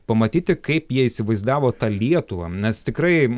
pamatyti kaip jie įsivaizdavo tą lietuvą nes tikrai